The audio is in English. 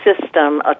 system